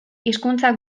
hizkuntza